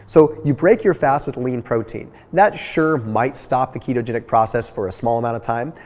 so you break your fast with lean protein. that sure might stop the ketogenic process for a small amount of time.